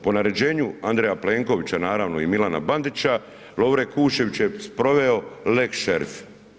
Po naređenju Andreja Plenkovića naravno i Milana Bandića, Lovre Kuščević je sproveo lex šerif.